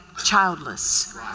childless